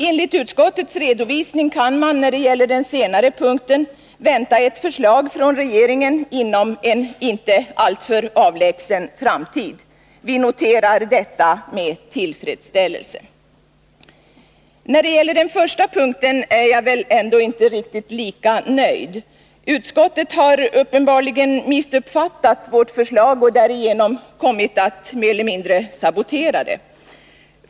Enligt utskottets redovisning kan man när det gäller den senare punkten vänta ett förslag från regeringen inom en inte alltför avlägsen framtid. Vi noterar detta med tillfredsställelse. När det gäller den första punkten kan jag emellertid inte vara lika nöjd. Utskottet har uppenbarligen missuppfattat vårt förslag och därigenom kommit att mer eller mindre sabotera det.